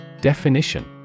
Definition